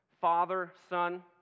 father-son